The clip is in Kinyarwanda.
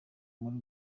muri